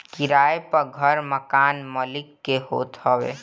किराए पअ घर मकान मलिक के होत हवे